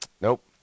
Nope